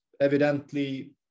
evidently